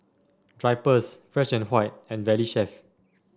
Drypers Fresh and and Valley Chef